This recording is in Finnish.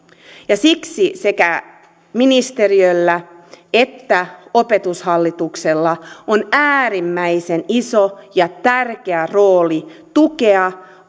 siksi sekä ministeriöllä että opetushallituksella on äärimmäisen iso ja tärkeä rooli tukea